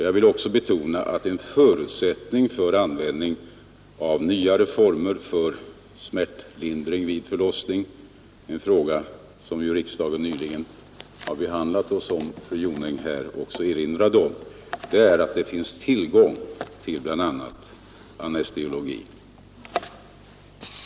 Jag vill även betona att en förutsättning för användning av nyare former för smärtlindring vid förlossning — en fråga som riksdagen nyligen har behandlat och som fru Jonäng också här erinrade om — är att det finns tillgång till bl.a. anestesiolog.